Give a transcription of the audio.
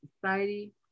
society